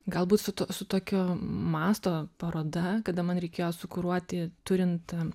galbūt su to su tokio masto paroda kada man reikėjo sukuruoti turint